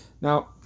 Now